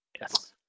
Yes